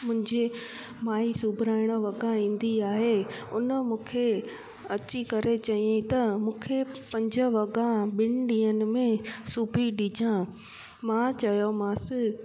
मुंहिंजे माई सुबराइणु वॻा ईंदी आहे उन मूंखे अची करे चयाईं त मूंखे पंज वॻा ॿिनि ॾींहनि में सुबी ॾिजा मां चयोमांसि